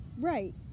Right